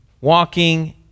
Walking